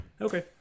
Okay